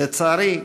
לצערי,